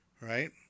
right